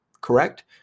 Correct